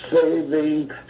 saving